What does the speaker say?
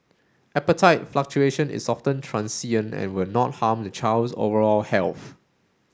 appetite fluctuation is often transient and will not harm the child's overall health